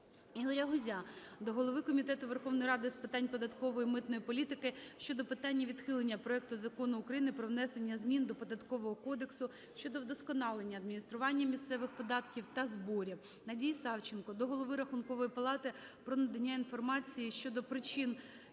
Ігоря Гузя до голови Комітету Верховної Ради України з питань податкової та митної політики щодо питання відхилення проекту Закону України "Про внесення змін до Податкового кодексу України щодо удосконалення адміністрування місцевих податків та зборів". Надії Савченко до Голови Рахункової палати про надання інформації щодо причин